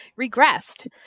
regressed